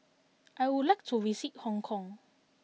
I would like to visit Hong Kong